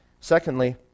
secondly